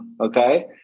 Okay